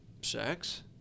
sex